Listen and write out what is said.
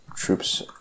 Troops